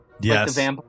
Yes